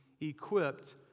equipped